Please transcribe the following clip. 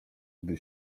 gdy